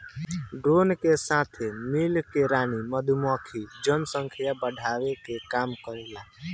drone के साथे मिल के रानी मधुमक्खी जनसंख्या बढ़ावे के काम करेले